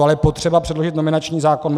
Ale je potřeba předložit nominační zákon.